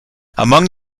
among